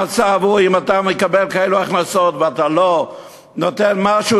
המצב הוא שאם אתה מקבל הכנסות כאלה ואתה לא נותן משהו,